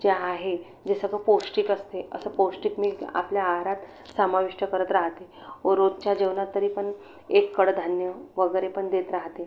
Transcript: जे आहे जे सगळं पौष्टिक असते असं पौष्टिक मी आपल्या आहारात समाविष्ट करत राहते रोजच्या जेवणात तरीपण एक कडधान्य वगैरेपण देत राहते